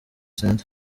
center